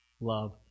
love